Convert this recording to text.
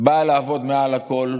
באה לעבוד מעל הכול.